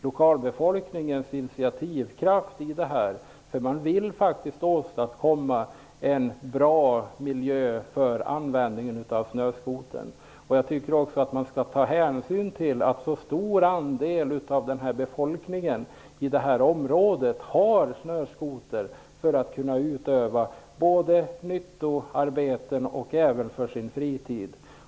Lokalbefolkningen har initiativkraft. De vill åstadkomma en bra miljö för användningen av snöskotrar. Jag tycker att man skall ta hänsyn till att så stor andel av befolkningen i området har snöskotrar både för att kunna utöva nyttoarbete och för sin fritid.